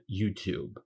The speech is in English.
YouTube